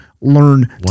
learn